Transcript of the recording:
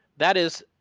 that is,